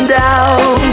down